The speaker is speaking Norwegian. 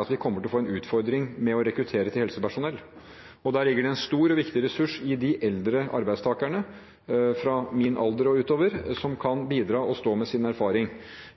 at vi kommer til å få en utfordring med å rekruttere helsepersonell. Der ligger det en stor og viktig ressurs i de eldre arbeidstakerne, fra min alder og oppover, som kan bidra og stå på med sin erfaring.